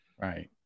right